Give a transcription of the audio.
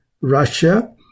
Russia